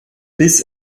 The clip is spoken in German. bis